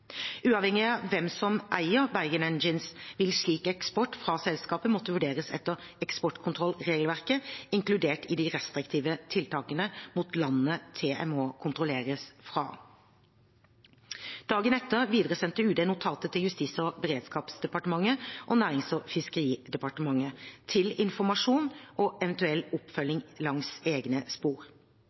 Uavhengig av hvem som eier Bergen Engines, ville slik eksport fra selskapet måtte vurderes etter eksportkontrollregelverket, inkludert de restriktive tiltakene mot landet TMH kontrolleres fra. Dagen etter videresendte UD notatet til Justis- og beredskapsdepartementet og Nærings- og fiskeridepartementet til informasjon og eventuell oppfølging langs egne spor.